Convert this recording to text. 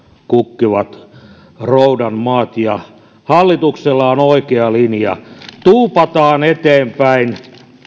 kukkivat roudan maat hallituksella on oikea linja tuupataan eteenpäin